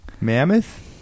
mammoth